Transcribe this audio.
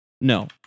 no